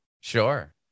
sure